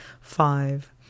five